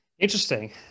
Interesting